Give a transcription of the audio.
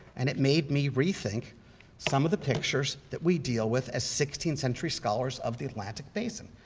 and it made me rethink some of the pictures that we deal with as sixteenth century scholars of the atlantic basin.